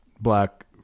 black